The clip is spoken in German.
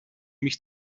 mich